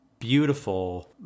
beautiful